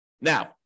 Now